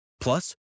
Plus